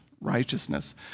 righteousness